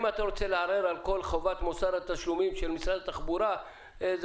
אם אתה רוצה לערער על כל חובת מוסר התשלומים של משרד התחבורה זה